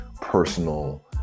personal